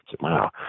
Wow